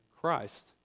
Christ